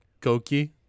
Koki